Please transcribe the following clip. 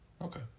Okay